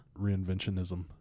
reinventionism